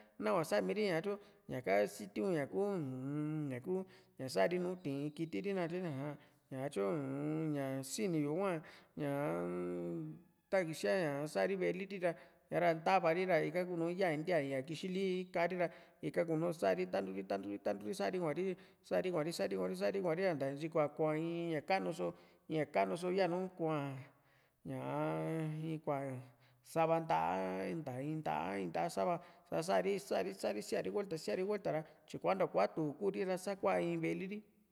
nahua samiri ñaa tyu ñaka sitiun ñaku uu-n ñaku sa´ri nùù tii kitili nakatye aja ñatyu u-n ña siniyu hua ñaa tani kisia sa´ri ve´e liri ra sa´ra ntava ri ra ika kunu yaa ntia iña kixi´n li kari ra ika kunu sa´ri talu ri talu ri talu ri sa´ri kuari sari kuari sari kuari ra nta ntyikua kò´o in ña kanuso in akanuso yanu koa ñaa in kua sava nta´a a nta in nta´a nta´a sava sasari sari sari siari vuekta siari vuelta ra tyikuantua kuatu Kuri ra sa kuaa in veli ri